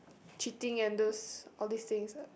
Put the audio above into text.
cheating and those all these things ah